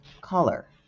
color